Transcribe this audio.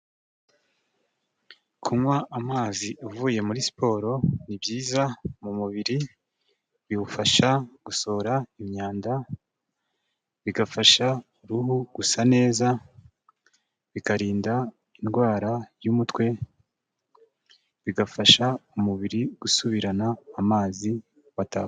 Kunywa amazi uvuye muri siporo ni byiza mu mubiri, biwufasha gusohora imyanda, bigafasha uruhu gusa neza, bikarinda indwara y'umutwe, bigafasha umubiri gusubirana amazi watakaje.